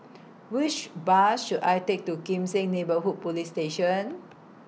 Which Bus should I Take to Kim Seng Neighbourhood Police Station